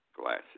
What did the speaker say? glasses